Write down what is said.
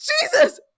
Jesus